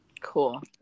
Cool